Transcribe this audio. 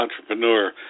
entrepreneur